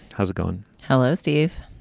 how's it going? hello, steve.